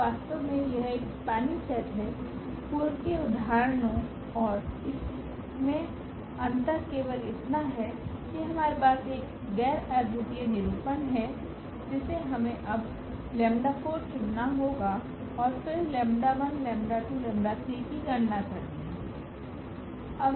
तो वास्तव में यह एक स्पनिंग सेट है पूर्व के उदाहरणो ओर इसमे अंतर केवल इतना है कि हमारे पास एक गैर अद्वितीय निरूपण है जिसे हमें अब 𝜆4 चुनना होगा और फिर 𝜆1 𝜆2 𝜆3 की गणना करनी होगी